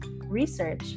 research